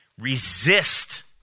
Resist